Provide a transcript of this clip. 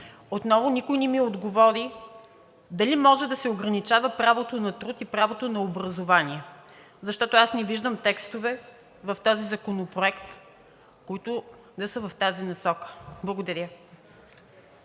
Отново никой не ми отговори дали може да се ограничава правото на труд и правото на образование, защото аз не виждам текстове в този законопроект, които да са в тази насока. Благодаря.